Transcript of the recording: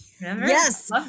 yes